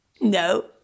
No